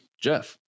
Jeff